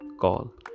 call